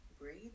breathe